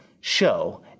show